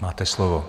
Máte slovo.